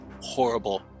horrible